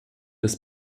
des